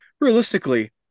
realistically